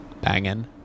banging